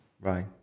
Right